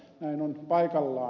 näin on paikallaan